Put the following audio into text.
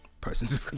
persons